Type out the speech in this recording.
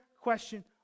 question